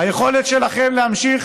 היכולת שלכם להמשיך